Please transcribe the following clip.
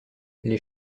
les